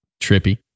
Trippy